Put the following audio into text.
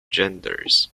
genders